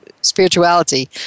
spirituality